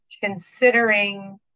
considering